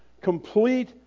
Complete